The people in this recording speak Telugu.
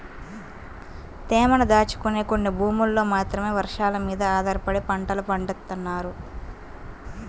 తేమను దాచుకునే కొన్ని భూముల్లో మాత్రమే వర్షాలమీద ఆధారపడి పంటలు పండిత్తన్నారు